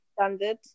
standard